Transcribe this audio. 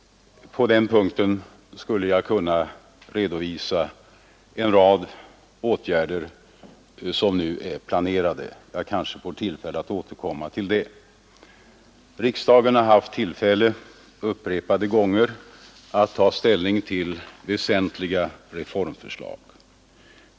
På den punkten skulle jag kunna redovisa en rad åtgärder som är planerade. Jag kanske får anledning att återkomma till det. Riksdagen har upprepade gånger haft tillfälle att ta ställning till väsentliga reformförslag.